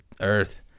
earth